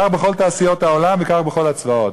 כך בכל תעשיות העולם, וכך בכל הצבאות.